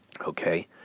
Okay